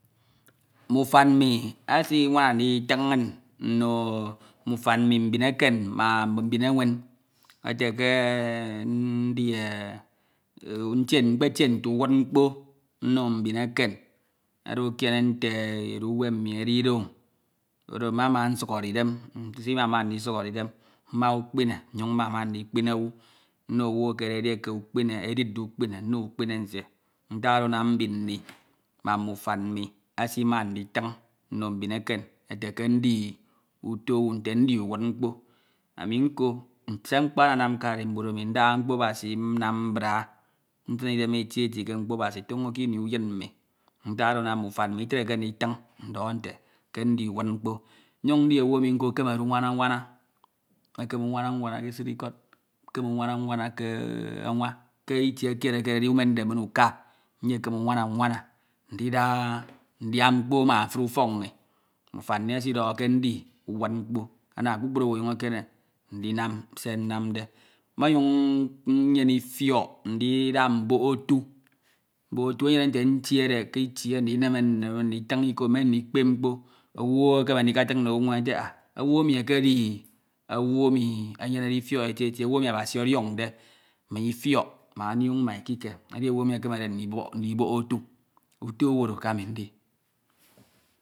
. Mme kefan nni esinwana nditan inñ nme ufan nni mbin eken ma mbin ewen Erte ke ndi- en mkpetie nte uwud mkpo nno mbin eken. Oro ekiane nte edu mmi edide o koro mmema nsukhore idem. Nsimama ndisuk hore idem. Mua ukpine, nnyuñ mmama ndikpine owu. Nno ọwu ekedeedi ukpine ediade ukpine, nno e ukpine nsie. Ntak oro anam mdin nni ma mme ufan nni esinna nditin nno mbin eken ete ke ndi uto own nte, ndi iewad mkpo. Ami nkọ se mkpenanam ke aninbud emi, ami ndaha mkpo Abesi nnam mbra. Nsin idem eti eti ke mkpo Abasitoñ o ke ini uyin mi Ntak oro mme ufan nni itneke nditin ndọhọ nte ke ndi uwud mkpo, nnyuñ ndi owu emi nko ekemede unwana anwana. Mmekeme unwana uwana ke esia ikọd, mmekane unwana nwana ke anwa ke itie kied eke ededi imende min uka, nyekeme unwana nwana ndida ndia mkpo me efeori ufọk inn Mme ufan nni esidọho ke ndi uwud mkpo yak kpukaru enyuñ ekeme ndinam se nnamde. Menyuñ nyene ifiọk ndida mbok etie. Enyrne nte ntiede ke itie ndineme nneme, nditin iko me naiketin nno ete ah owu ekedi own. Enu enyenede itiọk eti eti, owu emi Abasi odionde ma itwk, ma ọñiọñ ma ikike. Owu ekenude ndibok etu Uto owu oro ke ami ndi.